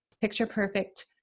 picture-perfect